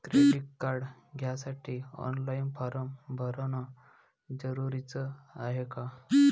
Credit card घ्यासाठी online form भरन जरुरीच हाय का?